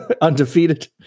undefeated